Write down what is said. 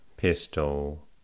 pistol